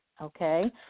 okay